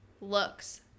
looks